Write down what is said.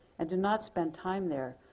and do not spend time there,